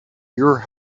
your